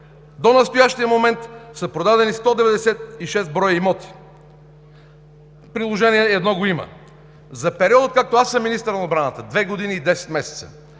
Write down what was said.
до настоящия момент са продадени 196 броя имоти – в Приложение № 1 го има. За периода, откакто аз съм министър на отбраната – две години и десет месеца,